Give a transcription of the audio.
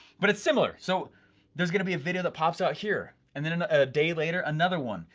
but it's similar, so there's gonna be a video that pops out here, and then, and a day later, another one,